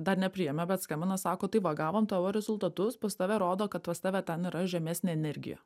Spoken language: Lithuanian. dar nepriėmė bet skambina sako tai va gavom tavo rezultatus pas tave rodo kad pas tave ten yra žemesnė energija